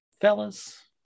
fellas